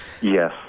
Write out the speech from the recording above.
yes